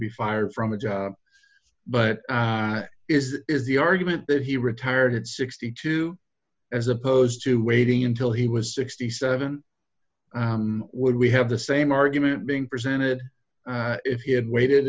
be fired from a job but is is the argument that he retired at sixty two as opposed to waiting until he was sixty seven would we have the same argument being presented if he had wai